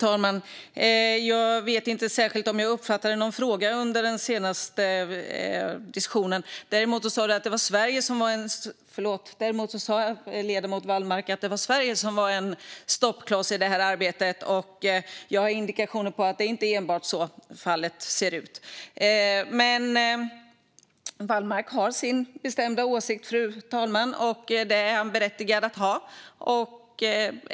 Fru talman! Jag vet inte om jag uppfattade någon fråga under den senaste diskussionen. Däremot sa ledamoten Wallmark att det var Sverige som var en stoppkloss i det här arbetet. Jag har indikationer på att det inte enbart är så det ser ut. Wallmark har sin bestämda åsikt, fru talman, och det är han berättigad att ha.